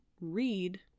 read